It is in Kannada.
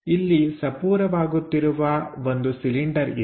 ಇಲ್ಲಿ ಕಿರಿದಾಗುತ್ತಿರುವ ಒಂದು ಸಿಲಿಂಡರ್ ಇದೆ